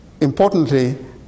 Importantly